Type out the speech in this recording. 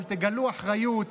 אבל תגלו אחריות.